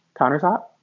countertop